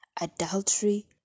adultery